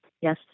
Yes